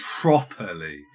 properly